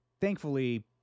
thankfully